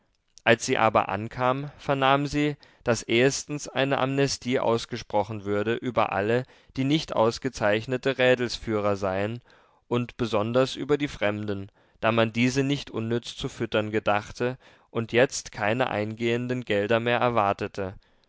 als sie aber ankam vernahm sie daß ehestens eine amnestie ausgesprochen würde über alle die nicht ausgezeichnete rädelsführer seien und besonders über die fremden da man diese nicht unnütz zu füttern gedachte und jetzt keine eingehenden gelder mehr erwartete